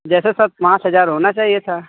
जैसे सर पाँच हजार होना चाहिए था